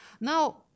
Now